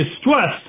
stressed